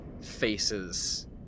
faces